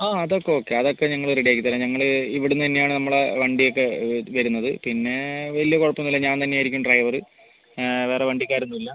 ആ അതൊക്കെ ഓക്കെ അതൊക്കെ ഞങ്ങൾ റെഡി ആക്കി തരാം ഞങ്ങൾ ഇവിടുന്ന് തന്നെയാണ് നമ്മള വണ്ടിയൊക്കെ വരുന്നത് പിന്നെ വലിയ കുഴപ്പം ഒന്നും ഇല്ല ഞാൻ തന്നെ ആയിരിക്കും ഡ്രൈവർ വേറെ വണ്ടിക്കാരൊന്നും ഇല്ല